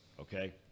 Okay